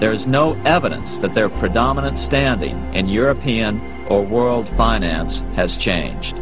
there is no evidence that their predominant standing and european or world finance has changed